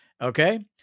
Okay